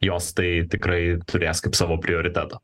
jos tai tikrai turės kaip savo prioritetą